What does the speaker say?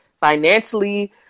financially